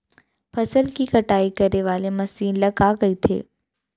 फसल की कटाई करे वाले मशीन ल का कइथे?